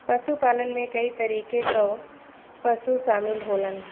पशुपालन में कई तरीके कअ पशु शामिल होलन